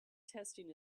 testing